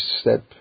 step